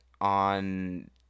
on